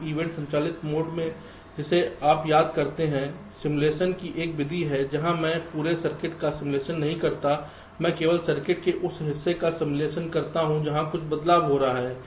हम ईवेंट संचालित मोड जिसे आप याद करते हैं सिमुलेशन की एक विधि है जहां मैं पूरे सर्किट का सिमुलेशन नहीं करता हूं मैं केवल सर्किट के उस हिस्से का सिमुलेशन करता हूं जहां कुछ बदलाव हो रहे हैं